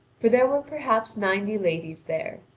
for there were perhaps ninety ladies there,